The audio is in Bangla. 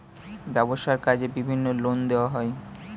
ব্যবসার কাজে বিভিন্ন লোন দেওয়া হয়